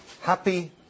happy